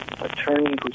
attorney